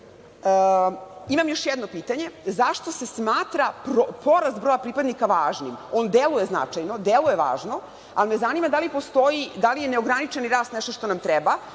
još jedno pitanje – zašto se smatra porast broja pripadnika važnim, on deluje značajno, deluje važno, ali me zanima da li postoji, da li je neograničeni rast nešto što nam treba